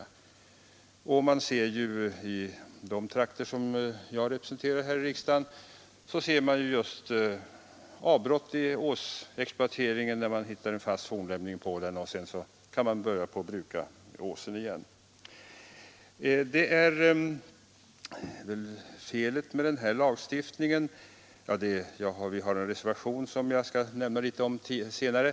I de trakter som jag representerar här i riksdagen ser man ofta hur avbrott måst göras i åsexploateringen, när man där har hittat en fast fornlämning. Vi har avgivit en reservation i detta ärende, och jag skall återkomma till den litet senare.